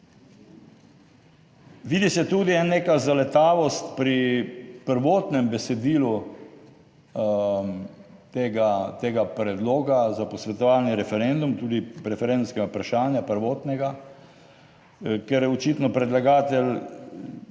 Vidi se tudi neka zaletavost pri prvotnem besedilu tega, tega predloga za posvetovalni referendum in tudi referendumske vprašanja prvotnega, ker očitno predlagatelj